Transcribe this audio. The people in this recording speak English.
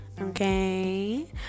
okay